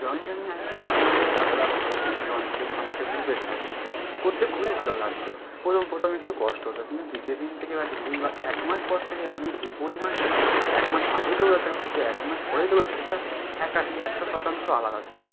jogging running আমি করতাম আমাদের দাদা বা বন্ধুবান্ধবদের সঙ্গে একটা গ্রুপের সাথে করতে খুবই ভালো লাগত প্রথম প্রথম একটু কষ্ট হতো কিন্তু দ্বিতীয় দিন থেকে বা কিছুদিন বা একমাস পর থেকে আমি যে পরিমাণ একমাস আগেই দৌড়াতাম কিন্তু একমাস পরেই দৌড়াচ্ছি সেটা একশো শতাংশ আলাদা ছিল